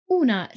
una